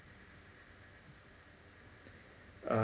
uh